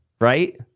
right